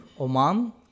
Oman